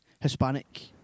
Hispanic